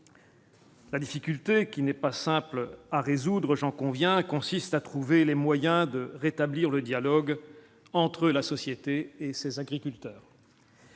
La difficulté qui n'est pas simple à résoudre, j'en conviens, consiste à trouver les moyens de rétablir le dialogue entre la société et ses agriculteurs.